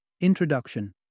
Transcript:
Introduction